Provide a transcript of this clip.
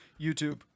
YouTube